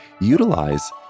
utilize